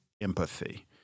empathy